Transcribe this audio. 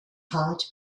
heart